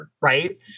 right